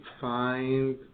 find